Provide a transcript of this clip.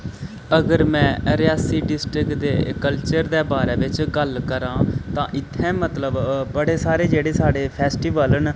अगर मैं रेयासी डिस्ट्रिक्ट दे कल्चर दे बारे बिच्च गल्ल करां तां इत्थें मतलब बड़े सारे जेह्ड़े साढ़े फैस्टिवल न